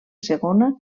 segona